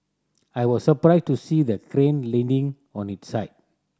I was surprised to see the crane leaning on its side